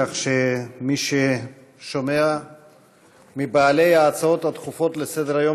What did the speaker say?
כך שמי ששומע מבעלי ההצעות הדחופות לסדר-היום